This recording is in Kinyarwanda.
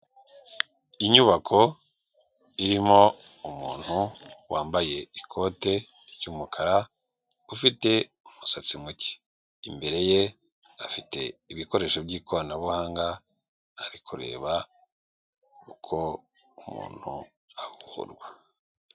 Inyubako irimo umuntu wambaye ikote ry'umukara ufite umusatsi muke, imbere ye afite ibikoresho byikoranabuhanga ari kureba uko umuntu avurwa.